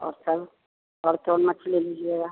और सब और कौन मछली लीजिएगा